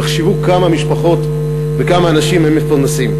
תחשבו כמה משפחות וכמה אנשים הם מפרנסים.